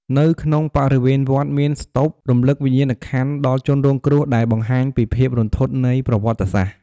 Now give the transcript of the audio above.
នៅក្នុងបរិវេណវត្ត មានស្តូបរំលឹកវិញ្ញាណក្ខន្ធដល់ជនរងគ្រោះ ដែលបង្ហាញពីភាពរន្ធត់នៃប្រវត្តិសាស្ត្រ។